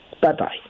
Bye-bye